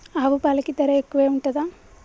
ఆవు పాలకి ధర ఎక్కువే ఉంటదా?